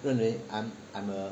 认为 I'm I'm a